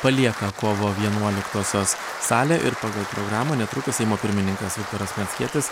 palieka kovo vienuoliktosios salę ir pagal programą netrukus seimo pirmininkas viktoras pranckietis